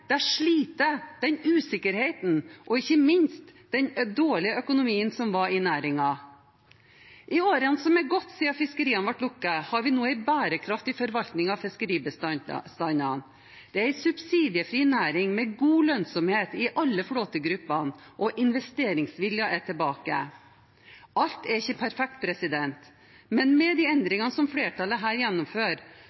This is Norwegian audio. den usikkerheten og ikke minst den dårlige økonomien som var i næringen? I årene som er gått siden fiskeriene ble lukket, har vi nå fått en bærekraftig forvaltning av fiskeribestandene, det er en subsidiefri næring med god lønnsomhet i alle flåtegrupper, og investeringsviljen er tilbake. Alt er ikke perfekt, men med de